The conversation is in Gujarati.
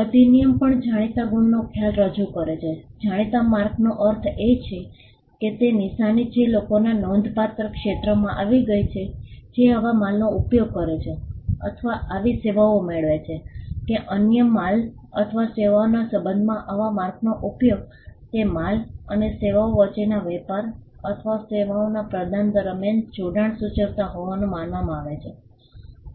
અધિનિયમ પણ જાણીતા ગુણનો ખ્યાલ રજૂ કરે છે જાણીતા માર્કનો અર્થ એ છે કે તે નિશાની જે લોકોના નોંધપાત્ર ક્ષેત્રમાં આવી ગઈ છે જે આવા માલનો ઉપયોગ કરે છે અથવા આવી સેવાઓ મેળવે છે કે અન્ય માલ અથવા સેવાઓના સંબંધમાં આવા માર્કનો ઉપયોગ તે માલ અથવા સેવાઓ વચ્ચેના વેપાર અથવા સેવાઓના પ્રદાન દરમિયાન જોડાણ સૂચવતા હોવાનું માનવામાં આવે છે